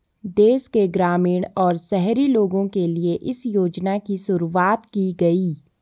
देश के ग्रामीण और शहरी लोगो के लिए इस योजना की शुरूवात की गयी